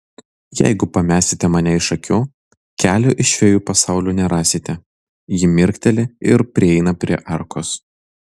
jeigu pamesite mane iš akių kelio iš fėjų pasaulio nerasite ji mirkteli ir prieina prie arkos